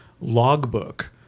logbook